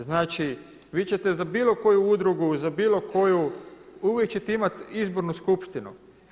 Znači vi ćete za bilo koju udrugu, za bilo koju, uvijek ćete imati izbornu skupštinu.